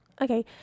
Okay